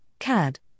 CAD